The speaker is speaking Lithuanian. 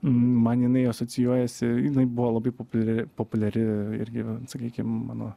man jinai asocijuojasi jinai buvo labai populiari populiari irgi sakykim mano